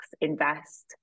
invest